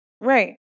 Right